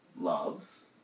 loves